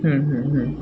হুম হুম হুম